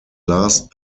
last